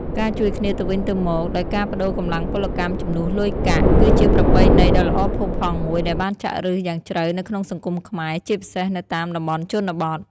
ការជួយគ្នាទៅវិញទៅមកដោយការប្តូរកម្លាំងពលកម្មជំនួសលុយកាក់ គឺជាប្រពៃណីដ៏ល្អផូរផង់មួយដែលបានចាក់ឫសយ៉ាងជ្រៅនៅក្នុងសង្គមខ្មែរ ជាពិសេសនៅតាមតំបន់ជនបទ។